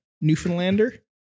Newfoundlander